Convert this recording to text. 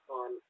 on